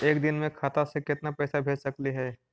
एक दिन में खाता से केतना पैसा भेज सकली हे?